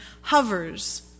hovers